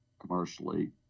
commercially